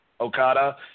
Okada